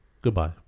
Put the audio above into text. Goodbye